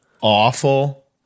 Awful